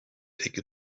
take